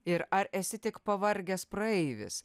ir ar esi tik pavargęs praeivis